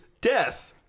death